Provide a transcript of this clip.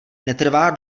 netrvá